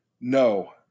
no